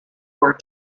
were